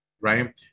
right